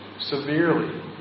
severely